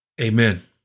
Amen